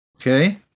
Okay